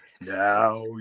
Now